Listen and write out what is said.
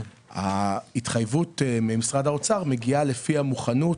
ההתחייבות ממשרד האוצר מגיעה לפי המוכנות